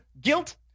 guilt